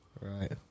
Right